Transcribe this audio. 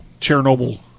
Chernobyl